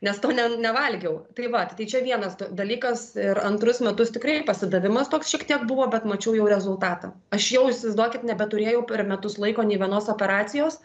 nes to ne nevalgiau tai vat tai čia vienas tas dalykas ir antrus metus tikrai pasidavimas toks šiek tiek buvo bet mačiau jau rezultatą aš jau įsivaizduokit nebeturėjau per metus laiko nei vienos operacijos